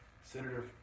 Senator